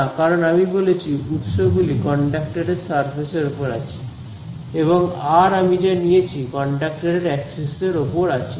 না কারণ আমি বলেছি উৎস গুলি কন্ডাক্টরের সারফেসের ওপর আছে এবং আর যা আমি নিয়েছি কন্ডাক্টরের অ্যাক্সিস এর ওপর আছে